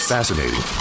Fascinating